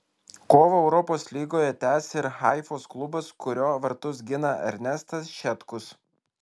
kovą europos lygoje tęs ir haifos klubas kurio vartus gina ernestas šetkus